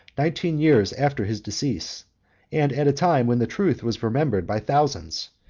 nineteen years after his decease and, at a time when the truth was remembered by thousands,